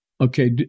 okay